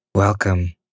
Welcome